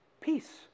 peace